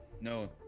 No